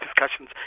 discussions